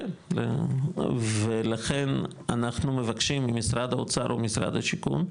ולכן, אנחנו מבקשים ממשרד האוצר, או ממשרד השיכון,